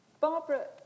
Barbara